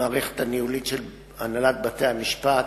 המערכת הניהולית של הנהלת בתי-המשפט,